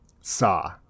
Saw